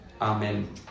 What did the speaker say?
Amen